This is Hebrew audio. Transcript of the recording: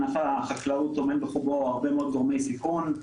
ענף החקלאות טומן בחובו הרבה מאוד גורמי סיכון,